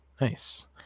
nice